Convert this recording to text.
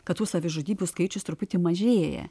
kad savižudybių skaičius truputį mažėja